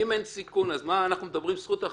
אם אין סיכון, אז מה אנחנו מדברים על זכות החפות?